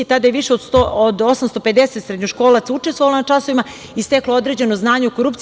Tada je više od 850 srednjoškolaca učestvovalo na časovima i steklo određeno znanje o korupciji.